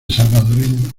salvadoreño